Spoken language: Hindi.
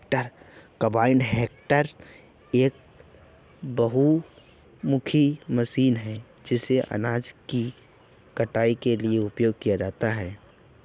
कंबाइन हार्वेस्टर एक बहुमुखी मशीन है जिसे अनाज की कटाई के लिए उपयोग किया जाता है